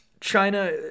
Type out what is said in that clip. China